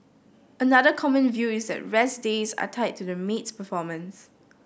another common view is that rest days are tied to the maid's performance